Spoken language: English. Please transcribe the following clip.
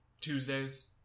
Tuesdays